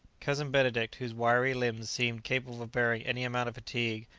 cousin benedict, whose wiry limbs seemed capable of bearing any amount of fatigue,